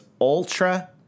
ultra